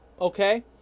okay